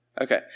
Okay